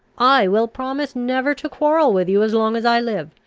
i will promise never to quarrel with you as long as i live.